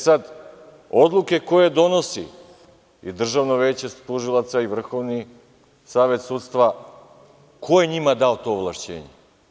Sada, odluke koje donosi i Državno veće tužilaca i Vrhovni savet sudstva, ko je njima dao to ovlašćenje?